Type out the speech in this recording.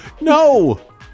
No